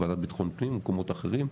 בוועדה לביטחון הפנים ובמקומות אחרים.